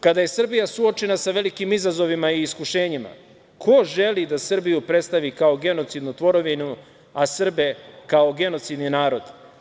Kada je Srbija suočena sa velikim izazovima i iskušenjima, ko želi da Srbiju predstavi kao genocidnu tvorevinu, a Srbe kao genocidni narod?